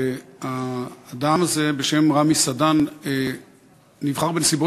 האדם הזה, רמי סדן, נבחר בנסיבות